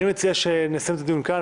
אני מציע שנסיים את הדיון כאן,